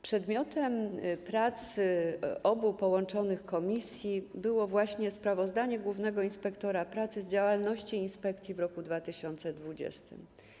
Przedmiotem prac obu połączonych komisji było właśnie sprawozdanie głównego inspektora pracy z działalności inspekcji w roku 2020.